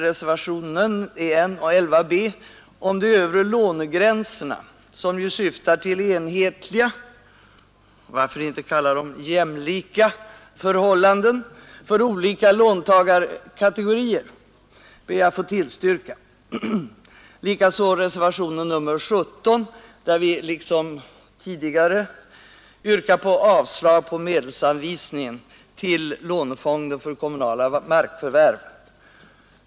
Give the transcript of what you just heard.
Reservationen 11 b om de övre lånegränserna, som ju syftar till enhetliga — varför inte kalla dem jämlika — förhållanden för olika låntagarkategorier ber jag att få tillstyrka, och likaså reservationen 17, där vi liksom tidigare yrkar avslag på medelsanvisningen till Lånefonden för kommunala markförvärv.